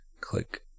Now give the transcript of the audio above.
click